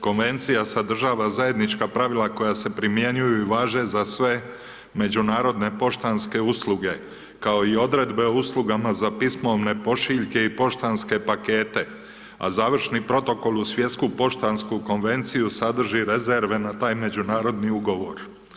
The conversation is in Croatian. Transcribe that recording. Konvencija sadržava zajednička pravila koja se primjenjuju i važe za sve međunarodne poštanske usluge, kao i Odredbe o uslugama za pismovne pošiljke i poštanske pakete, a završni Protokol u Svjetsku poštansku Konvenciju sadrži rezerve na taj međunarodni Ugovor.